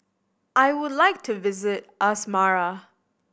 I would like to visit Asmara